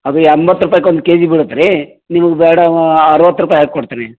ಅದು ಎಂಬತ್ತು ರೂಪಾಯ್ಕೊಂದು ಕೆಜಿ ಬೀಳುತ್ತೆ ರೀ ನಿಮ್ಗೆ ಬೇಡ ಅರವತ್ತು ರೂಪಾಯಿ ಹಾಕ್ಕೊಡ್ತೀನಿ